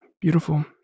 Beautiful